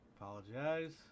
Apologize